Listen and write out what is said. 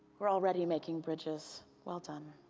we're already making bridges. well done.